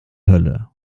hölle